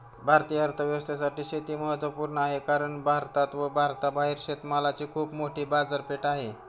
भारतीय अर्थव्यवस्थेसाठी शेती महत्वपूर्ण आहे कारण भारतात व भारताबाहेर शेतमालाची खूप मोठी बाजारपेठ आहे